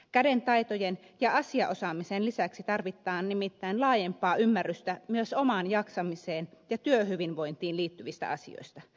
kädentaitojen ja asiaosaamisen lisäksi tarvitaan nimittäin laajempaa ymmärrystä myös omaan jaksamiseen ja työhyvinvointiin liittyvistä asioista